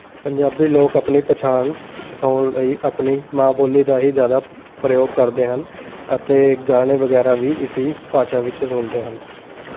ਪੰਜਾਬੀ ਲੋਕ ਆਪਣੀ ਪਛਾਣ ਦਿਖਾਉਣ ਲਈ ਆਪਣੀ ਮਾਂ ਬੋਲੀ ਦਾ ਹੀ ਜ਼ਿਆਦਾ ਪ੍ਰਯੋਗ ਕਰਦੇ ਹਨ ਅਤੇ ਗਾਣੇ ਵਗੈਰਾ ਵੀ ਇਸੀ ਭਾਸ਼ਾ ਵਿੱਚ ਸੁਣਦੇ ਹਨ